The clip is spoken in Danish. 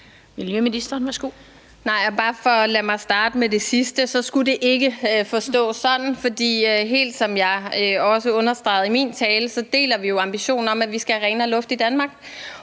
Miljøministeren (Lea Wermelin): Nej, og bare for at starte med det sidste, så skulle det ikke forstås sådan. For som jeg også understregede i min tale, deler vi jo ambitionen om, at vi skal have renere luft i Danmark.